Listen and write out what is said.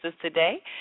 today